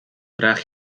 draag